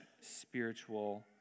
spiritual